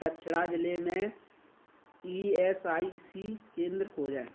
दक्षिणा जिले में ई एस आई सी केंद्र खोजें